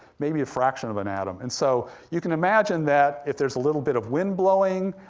maybe a fraction of an atom, and so, you can imagine that, if there's a little bit of wind blowing,